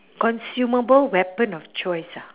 consumable weapon of choice ah